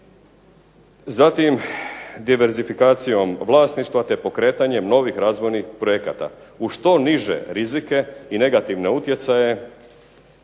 zatim diversifikacijom vlasništva, te pokretanjem novih razvojnih projekata, u što niže rizike i negativne utjecaje